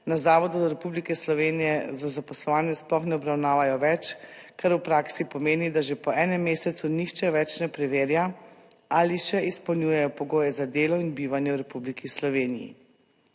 na Zavodu Republike Slovenije za zaposlovanje sploh ne obravnavajo več, kar v praksi pomeni, da že po enem mesecu nihče več ne preverja ali še izpolnjujejo pogoje za delo in bivanje v Republiki Sloveniji,